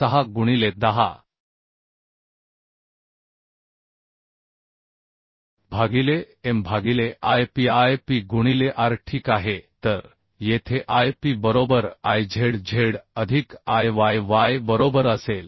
06 गुणिले 10 भागिले m भागिले I p I p गुणिले r ठीक आहे तर येथे I p बरोबर I z z अधिक I y y बरोबर असेल